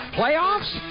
playoffs